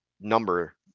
number